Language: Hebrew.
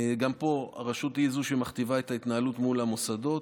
גם פה הרשות היא זו שמכתיבה את ההתנהלות מול המוסדות.